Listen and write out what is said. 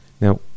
now